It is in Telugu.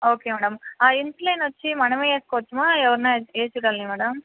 ఓకే మ్యాడమ్ ఆ ఇన్సులిన్ వచ్చి మనమే వేసుకోవచ్చామా ఎవరన్న ఏసిగలన మ్యాడమ్